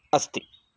अस्ति